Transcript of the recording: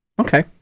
Okay